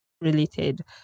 related